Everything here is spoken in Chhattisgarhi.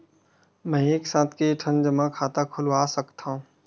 मैं एक साथ के ठन जमा खाता खुलवाय सकथव?